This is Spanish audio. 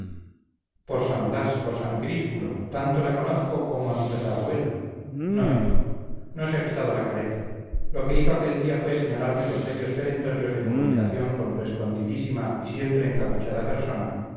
por san blas por san críspulo tanto la conozco como a mi tatarabuela no hijo no se ha quitado la careta lo que hizo aquel día fue señalarme los medios perentorios de comunicación con su escondidísima y siempre encapuchada persona